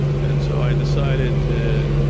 and so i decided to,